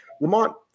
Lamont